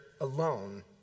alone